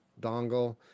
dongle